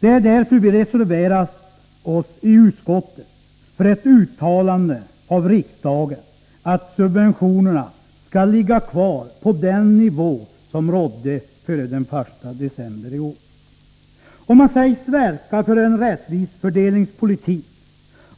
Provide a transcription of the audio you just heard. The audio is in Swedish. Det är därför vi reserverat oss i utskottet för ett uttalande av riksdagen att subventionerna skall ligga kvar på den nivå som rådde före den I december i är. Om man säger sig verka för en rättvis fördelningspolitik,